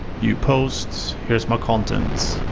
new post! here's my content.